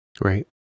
Right